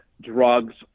drugs